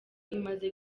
imaze